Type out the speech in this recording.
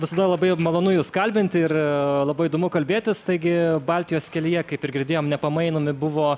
visada labai malonu jus kalbinti ir labai įdomu kalbėtis taigi baltijos kelyje kaip ir girdėjom nepamainomi buvo